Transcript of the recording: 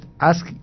ask